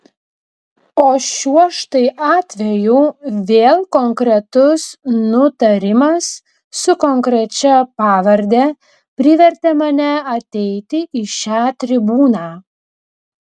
o šiuo štai atveju vėl konkretus nutarimas su konkrečia pavarde privertė mane ateiti į šią tribūną